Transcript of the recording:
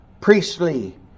priestly